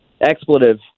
expletive